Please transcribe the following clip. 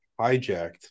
hijacked